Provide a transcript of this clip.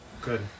Good